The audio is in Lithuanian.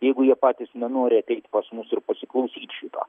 jeigu jie patys nenori ateit pas mus ir pasiklausyt šito